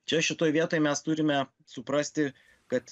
čia šitoj vietoj mes turime suprasti kad